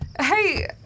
Hey